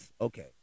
Okay